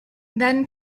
then